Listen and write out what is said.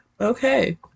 okay